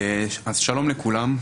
שלום לכולם,